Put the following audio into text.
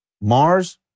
Mars